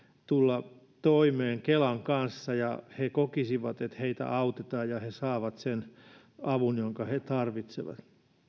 tulla toimeen kelan kanssa ja kokisivat että heitä autetaan ja että he saavat sen avun jonka he tarvitsevat